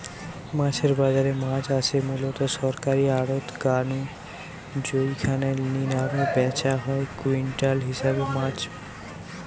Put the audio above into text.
মাছের বাজারে মাছ আসে মুলত সরকারী আড়ত গা নু জউখানে নিলামে ব্যাচা হয় কুইন্টাল হিসাবে মাছ